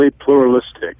pluralistic